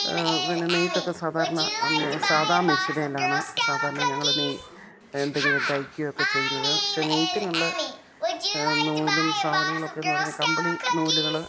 പിന്നെ നെയ്ത്തൊക്കെ സാധാരണ സാധാ മെഷനേലാണ് സാധാരണ ഞങ്ങൾ നെയ് എന്തെങ്കിലും തയ്ക്കുകയൊക്കെ ചെയ്യുന്നത് പക്ഷെ നെയ്ത്തിനുള്ള നൂലും സാധനങ്ങളൊക്കെ എന്ന് പറഞ്ഞാൽ കമ്പിളി നൂലുകൾ